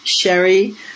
Sherry